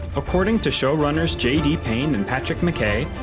according to showrunners j d. payne and patrick mckay,